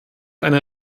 eine